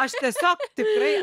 aš tiesiog tikrai